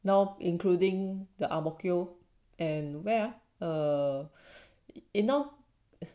now including the ang mo kio and where ah err you now